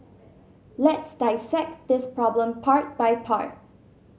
let's dissect this problem part by part